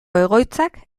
egoitzak